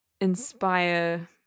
inspire